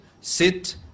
sit